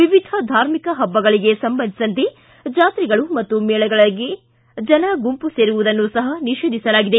ವಿವಿಧ ಧಾರ್ಮಿಕ ಹಬ್ಬಗಳಿಗೆ ಸಂಬಂಧಿಸಿದಂತೆ ಜಾತ್ರೆಗಳು ಮೇಳಗಳಲ್ಲಿ ಜನ ಗುಂಪು ಸೇರುವುದನ್ನು ಸಹ ನಿಷೇಧಿಸಲಾಗಿದೆ